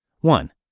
One